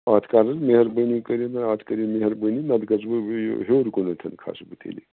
اَتھ کر حظ مہربٲنی کٔرِتھ اَتھ کر یہِ مہربٲنی نَتہٕ گژھٕ بہٕ ہیٚور کُنَتھ کھسہٕ بہٕ تیٚلہِ